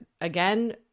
again